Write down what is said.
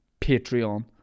Patreon